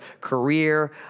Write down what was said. career